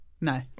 No